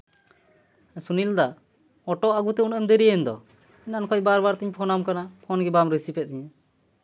ᱥᱩᱱᱤᱞᱫᱟ auto ᱟᱹᱜᱩᱛᱮ ᱩᱱᱟᱹᱜ ᱮᱢ ᱫᱮᱨᱤᱭᱮᱱ ᱫᱚ ᱮᱱᱟᱱ ᱠᱷᱚᱡ ᱵᱟᱨ ᱵᱟᱨ ᱛᱤᱧ ᱯᱷᱳᱱ ᱟᱢ ᱠᱟᱱᱟ ᱯᱷᱳᱱ ᱜᱮ ᱵᱟᱢ ᱨᱮᱥᱤᱵᱷ ᱮᱫ ᱛᱤᱧᱟᱹ